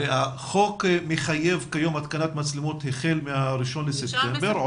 החוק מחייב כיום התקנת מצלמות החל מה-1 לספטמבר,